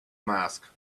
mask